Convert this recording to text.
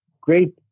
great